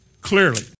clearly